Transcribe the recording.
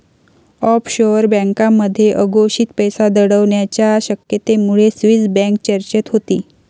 offshore बँकांमध्ये अघोषित पैसा दडवण्याच्या शक्यतेमुळे स्विस बँक चर्चेत होती